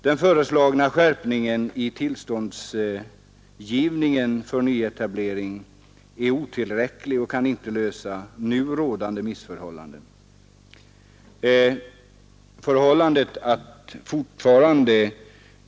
Den föreslagna skärpningen av tillståndsgivningen för nyetablering är otillräcklig och kan inte lösa nu rådande missförhållanden.